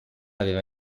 aveva